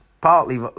partly